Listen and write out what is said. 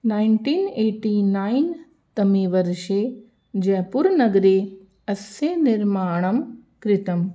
nineteen eighty nine तमे वर्षे जयपुरनगरे अस्य निर्माणं कृतं